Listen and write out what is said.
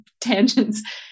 tangents